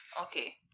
okay